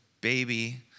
baby